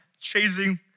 chasing